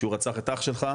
כשהוא רצח את אח שלך.